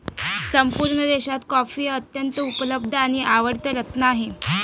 संपूर्ण देशात कॉफी हे अत्यंत उपलब्ध आणि आवडते रत्न आहे